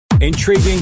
Intriguing